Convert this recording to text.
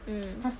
mm